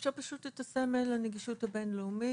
אפשר פשוט את סמל הנגישות הבין-לאומי,